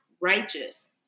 righteous